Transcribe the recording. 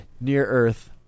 near-earth